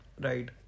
Right